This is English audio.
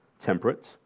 temperate